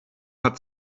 hat